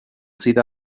sydd